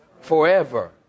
Forever